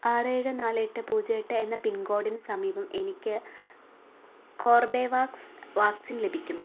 ആറ് ഏഴ് നാല് എട്ട് പൂജ്യം എട്ട് എന്ന പിൻകോഡിന് സമീപം എനിക്ക് കോർബെവാക്സ് വാക്സിൻ ലഭിക്കുമോ